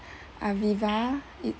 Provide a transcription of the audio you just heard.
Aviva its